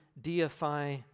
deify